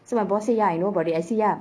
so my boss say ya I know about it I say ya